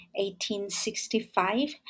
1865